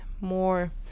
more